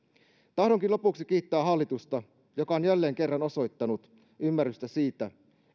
tahdonkin lopuksi kiittää hallitusta joka on jälleen kerran osoittanut ymmärrystä siitä